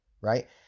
right